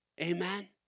Amen